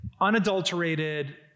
unadulterated